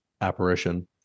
apparition